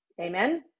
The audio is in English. amen